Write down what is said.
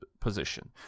position